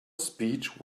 speech